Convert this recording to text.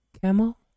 Camel